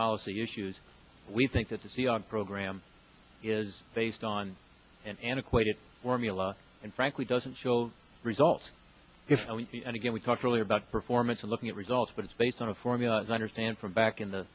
policy issues we think that the program is based on an antiquated formula and frankly doesn't show results and again we talked earlier about performance of looking at results but it's based on a formula as i understand from back in the